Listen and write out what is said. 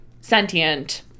sentient